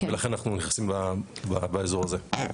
ולכן אנחנו נכנסים באזור הזה.